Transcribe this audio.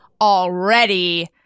already